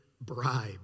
bribe